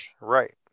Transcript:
Right